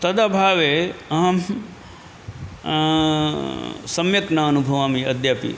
तदभावे अहं सम्यक् न अनुभवामि अद्यापि